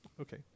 Okay